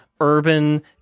urban